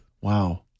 Wow